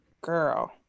Girl